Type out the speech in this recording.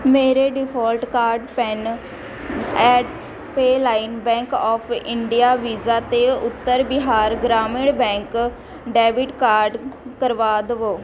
ਮੇਰੇ default card ਪੈੱਨ ਐਡ ਪੇ ਲਾਈਨ ਬੈਂਕ ਆਫ ਇੰਡੀਆ ਵੀਜ਼ਾ ਤੋਂ Uttar Bihar Gramin bank debit card ਕਰਵਾ ਦੇਵੋ